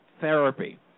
therapy